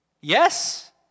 Yes